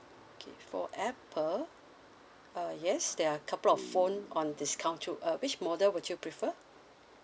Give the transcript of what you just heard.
okay for apple uh yes there are couple of phone on discount too uh which model would you prefer